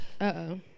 Uh-oh